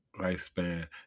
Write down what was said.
lifespan